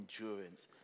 endurance